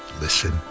listen